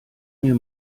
mir